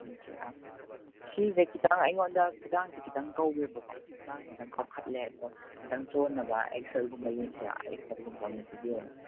thank you ꯑꯥ ꯁꯤꯁꯦ ꯈꯤꯇꯪ ꯑꯩꯉꯣꯟꯗ ꯈꯨꯗꯥꯡꯁꯦ ꯈꯤꯇꯪ ꯀꯧꯋꯦꯕ ꯀꯣ ꯈꯨꯗꯥꯡꯁꯦ ꯈꯤꯇꯪ ꯀꯧꯈꯠꯂꯦ ꯑꯗꯣ ꯈꯤꯇꯪ ꯆꯣꯟꯅꯕ ꯑꯦꯛꯁ ꯑꯦꯜꯒꯨꯝꯕ ꯌꯦꯡꯁꯤꯔꯥ ꯑꯦꯛꯁ ꯑꯦꯜꯒꯨꯝꯕ ꯑꯣꯏꯅ ꯄꯤꯕꯤꯌꯨꯅꯦ